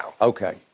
Okay